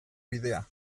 bidea